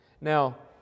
Now